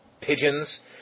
pigeons